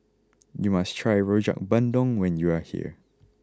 you must try Rojak Bandung when you are here